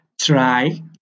try